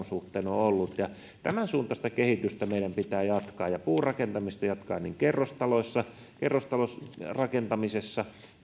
suhteen on ollut tämänsuuntaista kehitystä meidän pitää jatkaa ja puurakentamista jatkaa kerrostaloissa kerrostalorakentamisessa